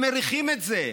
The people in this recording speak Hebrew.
הם מריחים את זה.